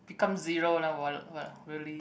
become zero lah !wah! !wah! really